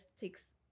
takes